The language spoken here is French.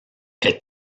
est